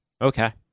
Okay